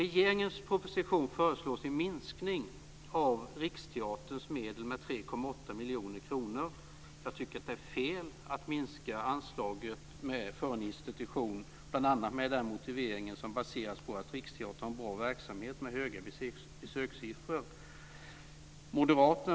I regeringens proposition föreslås en minskning av Riksteaterns medel med 3,8 miljoner kronor. Jag tycker att det är fel att minska anslaget för en institution med en motivering som baseras på att Riksteatern har en bra verksamhet med höga besökssiffror.